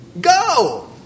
Go